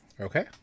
Okay